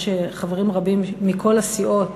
יש חברים רבים מכל הסיעות